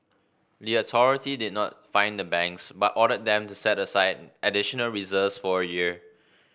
the authority did not fine the banks but ordered them to set aside additional reserves for a year